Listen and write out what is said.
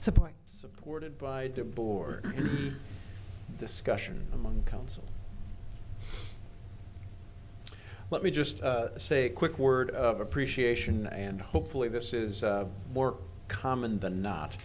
supply supported by their board discussion among council let me just say a quick word of appreciation and hopefully this is more common than not